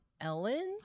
Ellen